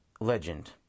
Legend